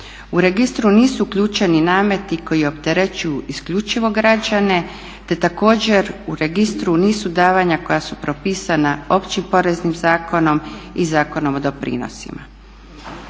U registru nisu uključeni nameti koji opterećuju isključivo građane te također u registru nisu davanja koja su propisana Općim poreznim zakonom i Zakonom o doprinosima.